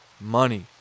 money